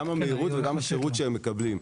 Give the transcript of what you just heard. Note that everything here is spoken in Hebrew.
כמו גם המהירות והשירות שהם מקבלים.